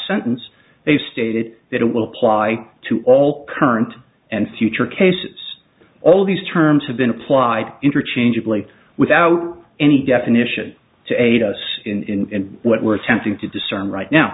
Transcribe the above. sentence they stated that it will ply to all current and future cases all these terms have been applied interchangeably without any definition to aid us in what we're attempting to discern right now